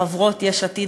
חברות יש עתיד,